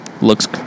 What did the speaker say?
looks